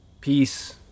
peace